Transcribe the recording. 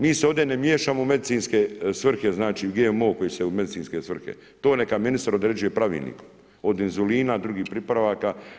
Mi se ovdje ne miješamo u medicinske svrhe, znači u GMO koji se u medicinske svrhe to neka ministar određuje pravilnikom od inzulina, drugih pripravaka.